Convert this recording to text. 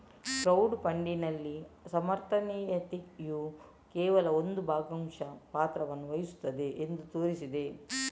crowd ಫಂಡಿಗಿನಲ್ಲಿ ಸಮರ್ಥನೀಯತೆಯು ಕೇವಲ ಒಂದು ಭಾಗಶಃ ಪಾತ್ರವನ್ನು ವಹಿಸುತ್ತದೆ ಎಂದು ತೋರಿಸಿದೆ